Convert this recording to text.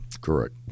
correct